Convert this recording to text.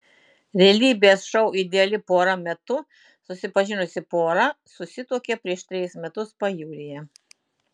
realybės šou ideali pora metu susipažinusi pora susituokė prieš trejus metus pajūryje